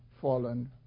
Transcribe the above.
fallen